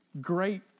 great